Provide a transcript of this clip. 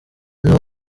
niho